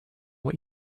what